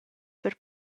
per